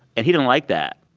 and he didn't like that.